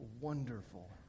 wonderful